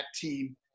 team